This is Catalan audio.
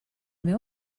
meu